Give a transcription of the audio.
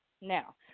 Now